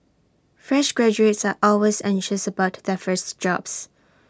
fresh graduates are always anxious about their first job